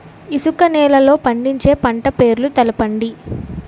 ఇసుక నేలల్లో పండించే పంట పేర్లు తెలపండి?